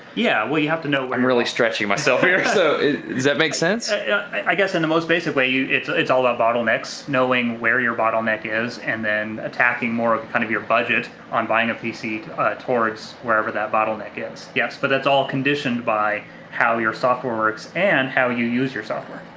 yeah, well, you have to know i'm really stretching myself here so does that make sense? i guess in the most basic way, it's it's all about bottlenecks. knowing where your bottleneck is and then attacking more kind of your budget budget on buying a pc towards wherever that bottleneck is, yes. but that's all conditioned by how your software works and how you use your software.